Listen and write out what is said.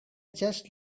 just